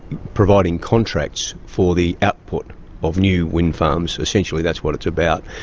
providing contracts for the output of new wind farms. essentially that's what it's about,